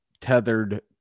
tethered